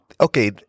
Okay